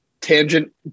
tangent